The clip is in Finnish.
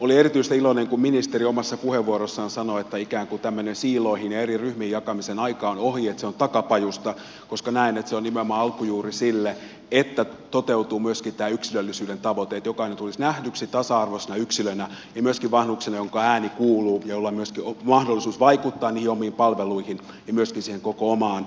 olin erityisen iloinen kun ministeri omassa puheenvuorossaan sanoi että ikään kuin tämmöinen siiloihin ja eri ryhmiin jakamisen aika on ohi että se on takapajuista koska näen että se on nimenomaan alku juuri sille että toteutuu myöskin tämä yksilöllisyyden tavoite että jokainen tulisi nähdyksi tasa arvoisena yksilönä ja myöskin vanhuksena jonka ääni kuuluu jolla on myöskin mahdollisuus vaikuttaa niihin omiin palveluihinsa ja myöskin koko omaan